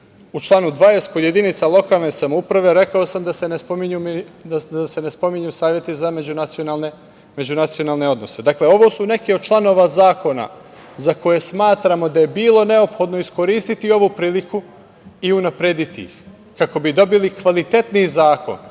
članu 20. kod jedinica lokalne samouprave rekao sam da se ne spominju saveti za međunacionalne odnose. Dakle, ovo su neki od članova zakona za koje smatramo da je bilo neophodno iskoristiti ovu priliku i unaprediti ih, kako bi dobili kvalitetniji zakon,